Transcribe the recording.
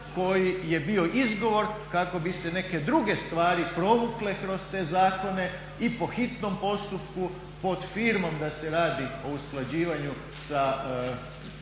koji je bio izgovor kako bi se neke druge stvari provukle kroz te zakone i po hitnom postupku pod firmom da se radi o usklađivanju sa